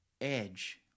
edge